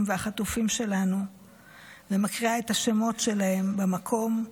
והחטופים שלנו ומקריאה את השמות שלהם במקום,